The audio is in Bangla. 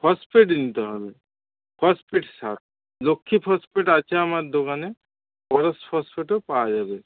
ফসফেট নিতে হবে ফসফেট সার লক্ষ্মী ফসফেট আছে আমার দোকানে পাওয়া যাবে